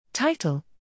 Title